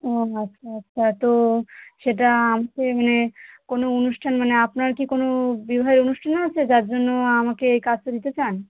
ও আচ্ছা আচ্ছা তো সেটা কোনো অনুষ্ঠান মানে আপনার কি কোনো বিবাহের অনুষ্ঠান আছে যার জন্য আমাকে এই কাজটা দিতে চান